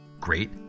Great